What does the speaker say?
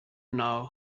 know